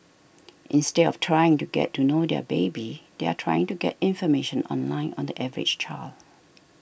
instead of trying to get to know their baby they are trying to get information online on the average child